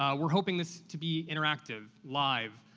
um we're hoping this to be interactive, live,